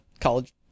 college